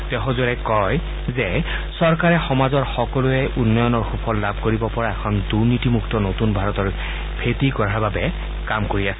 তেওঁ সজোৰে কয় যে চৰকাৰে সমাজৰ সকলোৱে উন্নয়নৰ সুফল লাভ কৰিব পৰা এখন দুৰ্নীতি মুক্ত নতুন ভাৰতৰ ভেটি গঢ়াৰ বাবে কাম কৰি আছে